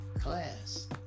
Class